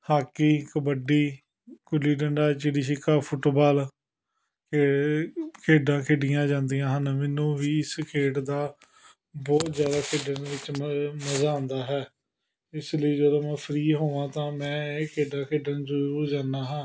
hockey kabaddi gulli danda ਚਿੜੀ ਛਿਕਾ football ਖੇਡਾਂ ਖੇਡੀਆਂ ਜਾਂਦੀਆਂ ਹਨ ਮੈਨੂੰ ਵੀ ਇਸ ਖੇਡ ਦਾ ਬਹੁਤ ਜ਼ਿਆਦਾ ਖੇਡਣ ਵਿੱਚ ਮ ਮਜ਼ਾ ਆਉਂਦਾ ਹੈ ਇਸ ਲਈ ਜਦੋਂ ਮੈਂ ਫਰੀ ਹੋਵਾਂ ਤਾਂ ਮੈਂ ਇਹ ਖੇਡਾਂ ਖੇਡਣ ਜ਼ਰੂਰ ਜਾਂਦਾਂ ਹਾਂ